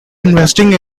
investing